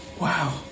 Wow